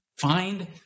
find